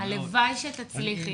הלוואי שתצליחי.